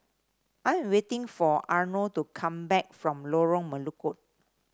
I am waiting for Arno to come back from Lorong Melukut